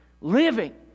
living